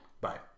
Bye